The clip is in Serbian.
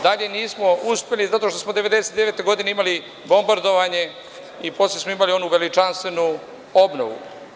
Dalje nismo uspeli zato što smo 1999. godine imali bombardovanje i posle smo imali onu veličanstvenu obnovu.